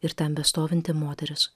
ir ten bestovinti moteris